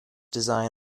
design